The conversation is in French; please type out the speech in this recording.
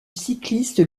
cycliste